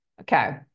Okay